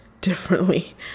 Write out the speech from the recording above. differently